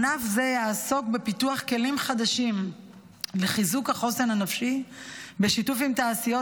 ענף זה יעסוק בפיתוח כלים חדשים וחיזוק החוסן הנפשי בשיתוף עם תעשיות